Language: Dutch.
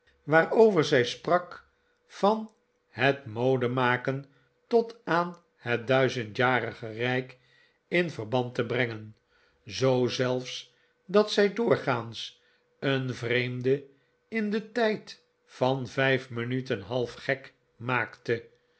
kleewaarover zij sprak van het modemaken tot aan het duizendjarige rijk in verb and te brengen zoo zelfs dat zij doorgaans een vreemde in den tijd van vijf minuten half gek maakte